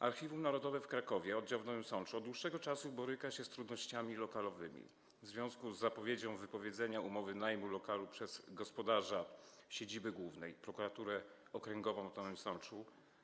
Archiwum Narodowe w Krakowie Oddział w Nowym Sączu od dłuższego czasu boryka się z trudnościami lokalowymi w związku z zapowiedzią wypowiedzenia umowy najmu lokalu przez gospodarza siedziby głównej, Prokuraturę Okręgową w Nowym Sączu.